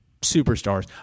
superstars